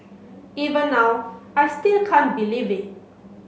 even now I still can't believe it